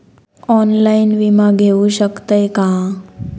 Online विमा घेऊ शकतय का?